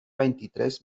veintitrés